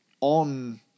on